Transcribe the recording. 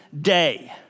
day